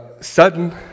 sudden